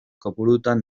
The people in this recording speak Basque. kopurutan